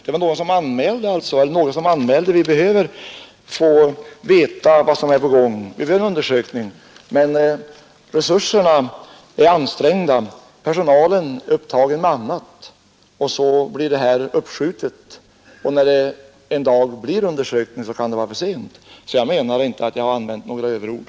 Det kan vara någon som behöver undersökas, men resurserna är ansträngda, personalen är upptagen med annat, och undersökningen blir uppskjuten. När den en dag blir av, kan det vara för sent. Jag anser inte att jag har använt några överord.